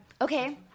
Okay